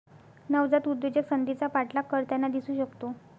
नवजात उद्योजक संधीचा पाठलाग करताना दिसू शकतो